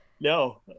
No